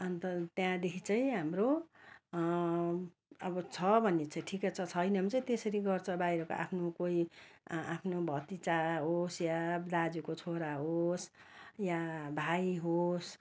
अन्त त्यहाँदेखि चाहिँ हाम्रो अब छ भने चाहिँ ठिकै छ छैन भने चाहिँ त्यसरी गर्छ बाहिरको आफ्नो कोही आ आफ्नो भतिजा होस् या दाजुको छोरा होस् या भाइ होस्